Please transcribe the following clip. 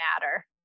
matter